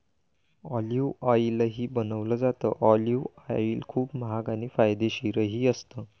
olive ऑईलही बनवलं जातं, ऑलिव्ह ऑईल खूप महाग आणि फायदेशीरही असतं